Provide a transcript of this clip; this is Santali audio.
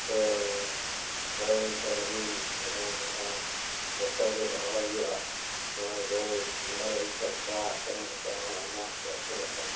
ᱥᱮ ᱜᱟᱹᱭ ᱰᱟᱹᱝᱨᱤ ᱢᱤᱦᱩ ᱢᱮᱨᱚᱢ ᱡᱚᱛᱚᱜᱮ ᱫᱚᱦᱚ ᱦᱩᱭᱩᱜᱼᱟ ᱱᱚᱜᱼᱚᱭ ᱜᱟᱹᱭ ᱰᱟᱹᱝᱨᱤ ᱠᱷᱚᱱ ᱛᱚᱣᱟ ᱟᱹᱠᱷᱨᱤᱧ ᱠᱟᱛᱮ ᱦᱚᱸ ᱟᱭᱢᱟ ᱦᱚᱲ ᱠᱚ ᱟᱹᱥᱩᱞᱚᱜ ᱠᱟᱱᱟ